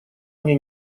мне